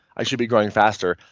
i should be growing faster.